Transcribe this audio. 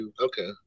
Okay